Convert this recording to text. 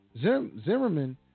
Zimmerman